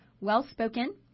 well-spoken